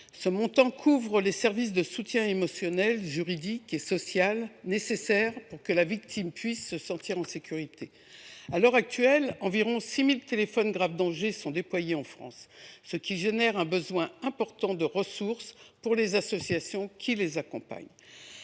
Ce montant couvre les services de soutien émotionnel, juridique et social qui sont nécessaires pour que la victime puisse se sentir en sécurité. À l’heure actuelle, environ 6 000 TGD sont déployés en France, ce qui entraîne un besoin important de ressources pour les associations qui accompagnent